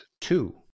Two